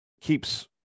keeps